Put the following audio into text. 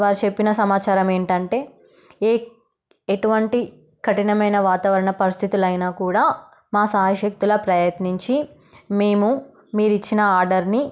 వారు చెప్పిన సమాచారం ఏంటి అంటే ఈ ఎటువంటి కఠినమైన వాతావరణ పరిస్థితులు అయినా కూడా మా శాయశక్తులా ప్రయత్నించి మేము మీరు ఇచ్చిన ఆర్డర్ని